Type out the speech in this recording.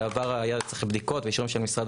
בעבר היה צריך בדיקות ואישורים של משרד